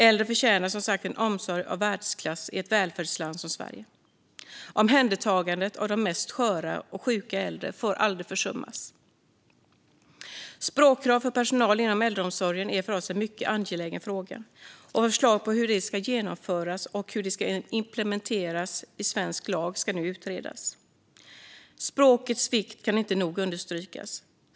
Äldre förtjänar som sagt en omsorg av världsklass i ett välfärdsland som Sverige. Omhändertagandet av de mest sköra och sjuka äldre får aldrig försummas. Språkkrav för personal inom äldreomsorgen är för oss en mycket angelägen fråga, och förslag om hur detta ska kunna genomföras och implementeras i svensk lag ska nu utredas. Språkets vikt kan inte nog understrykas.